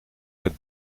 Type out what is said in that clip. werd